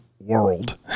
world